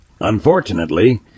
Unfortunately